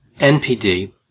NPD